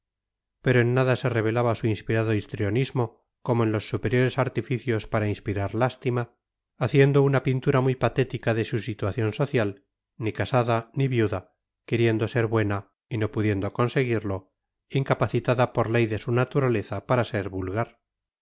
pero en nada se revelaba su inspirado histrionismo como en los superiores artificios para inspirar lástima haciendo una pintura muy patética de su situación social ni casada ni viuda queriendo ser buena y no pudiendo conseguirlo incapacitada por ley de su naturaleza para ser vulgar